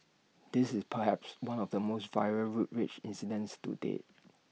this is perhaps one of the most viral road rage incidents to date